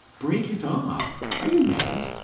break it off. are you mad?